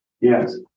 Yes